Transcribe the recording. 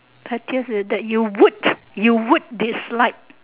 pettiest is that you would you would dislike